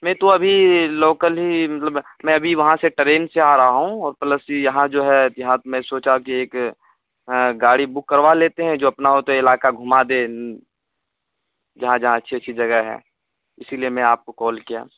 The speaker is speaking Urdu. میں تو ابھی لوکل ہی مطلب میں ابھی وہاں سے ٹرین سے آ رہا ہوں اور پلس یہاں جو ہے یہاں میں سوچا کہ ایک گاڑی بک کروا لیتے ہیں جو اپنا ہوتے علاقہ گھما دے جہاں جہاں اچھی اچھی جگہ ہے اسی لیے میں آپ کو کال کیا